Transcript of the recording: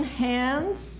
hands